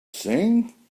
sing